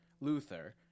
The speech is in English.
Luther